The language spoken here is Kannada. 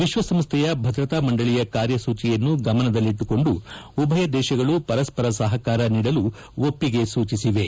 ವಿಶ್ವಸಂಸ್ಥೆಯ ಭದ್ರತಾ ಮಂಡಳಿಯ ಕಾರ್ಯಸೂಚಿಯನ್ನು ಗಮನದಲ್ಲಿಟ್ಟುಕೊಂಡು ಉಭಯ ದೇಶಗಳು ಪರಸ್ಪರ ಸಹಕಾರ ನೀಡಲು ಒಪ್ಪಿಗೆ ಸೂಚಿಸಿವೆ